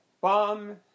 Bomb